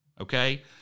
Okay